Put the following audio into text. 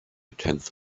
tenth